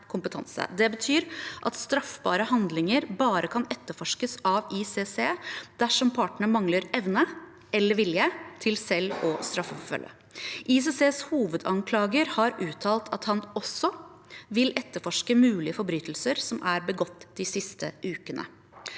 Det betyr at straffbare handlinger bare kan etterforskes av ICC dersom partene mangler evne eller vilje til selv å straffeforfølge. ICCs hovedanklager har uttalt at han også vil etterforske mulige forbrytelser som er begått de siste ukene.